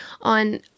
on